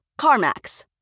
CarMax